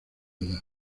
edad